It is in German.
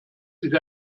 sich